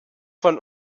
von